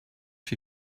she